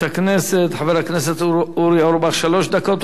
חבר הכנסת אורי אורבך, שלוש דקות, ואחריך,